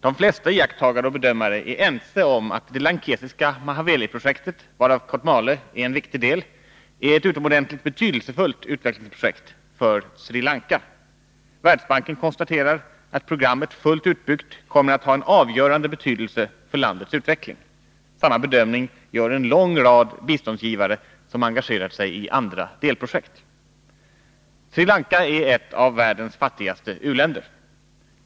De flesta iakttagare och bedömare är ense om att det lankesiska Mahaweliprojektet, varav Kotmale utgör en viktig del, är ett utomordentligt betydelsefullt utvecklingsprojekt för Sri Lanka. Världsbanken konstaterar att programmet fullt utbyggt kommer att ha avgörande betydelse för landets utveckling. Samma bedömning gör en lång rad biståndsgivare som engagerat sig i andra delprojekt. Sri Lanka är ett av världens fattigaste u-länder.